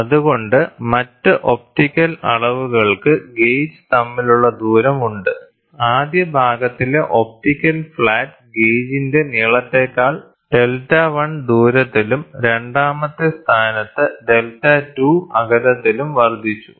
അതുകൊണ്ട് മറ്റു ഒപ്റ്റിക്കൽ അളവുകൾക്ക് ഗേജ് തമ്മിലുള്ള ദൂരം ഉണ്ട്ആദ്യ ഭാഗത്തിലെ ഒപ്റ്റിക്കൽ ഫ്ലാറ്റ് ഗേജിന്റെ നീളത്തേക്കാൾ δ1 ദൂരത്തിലും രണ്ടാമത്തെ സ്ഥാനത്ത് δ2 അകലത്തിലും വർദ്ധിച്ചു